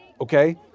okay